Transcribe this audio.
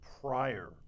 prior